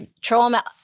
trauma